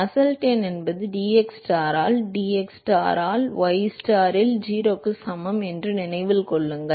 Nusselt எண் என்பது dxstar ஆல் dxstar ஆல் ystar இல் 0 க்கு சமம் என்பதை நினைவில் கொள்ளுங்கள்